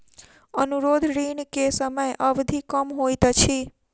अनुरोध ऋण के समय अवधि कम होइत अछि